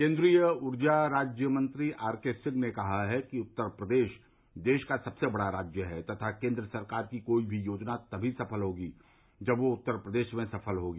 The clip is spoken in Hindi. केन्द्रीय रूर्जा राज्य मंत्री आरके सिंह ने कहा कि उत्तर प्रदेश देश का सबसे बड़ा राज्य है तथा केन्द्र सरकार की कोई भी योजना तमी सफल होगी जब वह उत्तर प्रदेश में सफल होगी